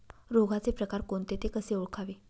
रोगाचे प्रकार कोणते? ते कसे ओळखावे?